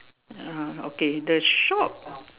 ah okay the shop